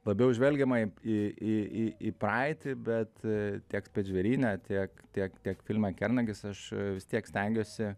labiau žvelgiama į į į į į praeitį bet tiek spec žvėryne tiek tiek tiek filme kernagis aš vis tiek stengiuosi